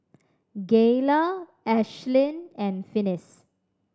Gayla Ashlynn and Finis